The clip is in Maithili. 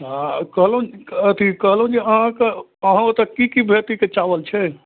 हँ कहलहुँ अथी कहलहुँ जे अहाँके अहाँ ओतऽ कि कि भेराइटीके चावल छै